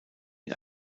ihn